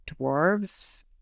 dwarves